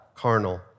Carnal